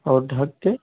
और ढक कर